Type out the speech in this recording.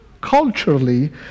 Culturally